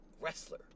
wrestler